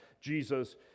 Jesus